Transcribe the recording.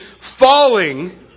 falling